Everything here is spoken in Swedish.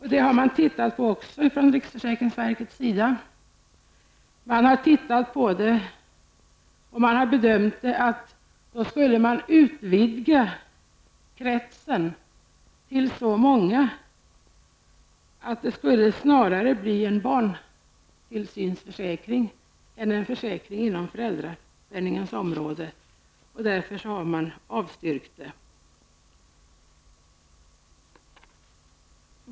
Även den frågan har riksförsäkringsverket prövat och gjort bedömningen att kretsen i så fall skulle utvidgas till så många att det skulle komma att bli en barntillsynsförsäkring snarare än en föräldraförsäkring. Därför har man avstyrkt det förslaget.